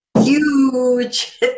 huge